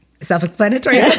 Self-explanatory